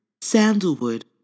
sandalwood